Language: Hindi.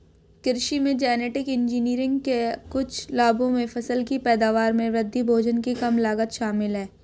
कृषि में जेनेटिक इंजीनियरिंग के कुछ लाभों में फसल की पैदावार में वृद्धि, भोजन की कम लागत शामिल हैं